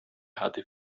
hatte